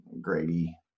Grady